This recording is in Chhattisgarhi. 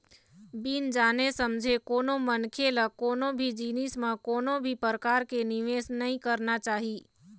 बिन जाने समझे कोनो मनखे ल कोनो भी जिनिस म कोनो भी परकार के निवेस नइ करना चाही